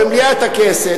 במליאת הכנסת,